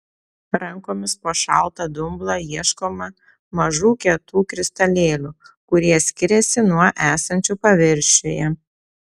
rankomis po šaltą dumblą ieškoma mažų kietų kristalėlių kurie skiriasi nuo esančių paviršiuje